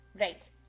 Right